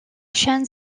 chêne